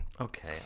Okay